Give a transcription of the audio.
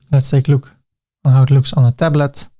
let's take look how it looks on a tablet.